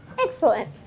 Excellent